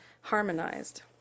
harmonized